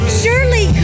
surely